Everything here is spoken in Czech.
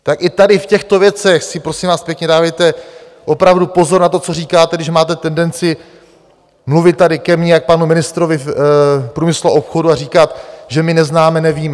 Tak i tady v těchto věcech si, prosím vás pěkně, dávejte opravdu pozor na to, co říkáte, když máte tendenci mluvit tady ke mně a k panu ministrovi průmyslu a obchodu a říkat, že my neznáme a nevíme.